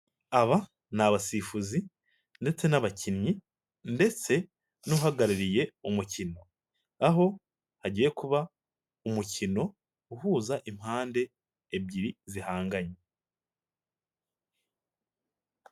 Aba n'abasifuzi ndetse n'abakinnyi ndetse n'uhagarariye umukino, aho hagiye kuba umukino uhuza impande ebyiri zihanganye.